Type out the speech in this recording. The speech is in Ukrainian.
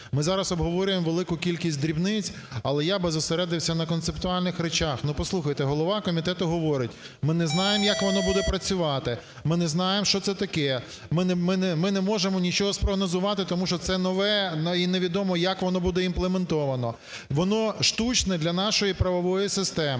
ми зараз обговорюємо велику кількість дрібниць, але я б зосередився на концептуальних речах. Послухайте, голова комітету говорить, ми не знаємо як воно буде працювати, ми не знаємо що це таке, ми не можемо нічого спрогнозувати, тому що це нове і невідомо, як воно буде імплементовано, воно штучне для нашої правової системи.